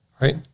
Right